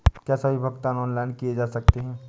क्या सभी भुगतान ऑनलाइन किए जा सकते हैं?